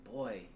boy